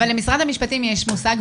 אבל למשרד המשפטים יש מושג,